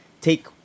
take